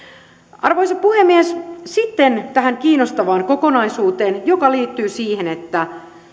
arvoisa puhemies sitten tähän kiinnostavaan kokonaisuuteen joka liittyy siihen että